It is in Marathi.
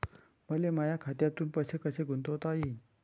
मले माया खात्यातून पैसे कसे गुंतवता येईन?